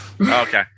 Okay